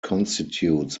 constitutes